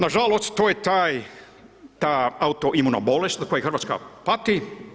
Nažalost to je ta autoimuna bolest od koje Hrvatska pati.